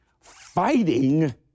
Fighting